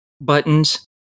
buttons